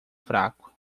fraco